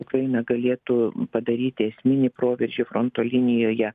ukraina galėtų padaryti esminį proveržį fronto linijoje